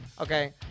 okay